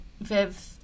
Viv